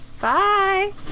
Bye